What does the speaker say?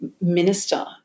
minister